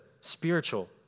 spiritual